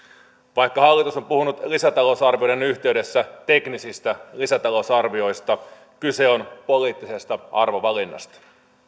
vaikka hallitus on puhunut lisätalousarvioiden yhteydessä teknisistä lisätalousarvioista kyse on poliittisesta arvovalinnasta